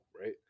right